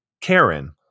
Karen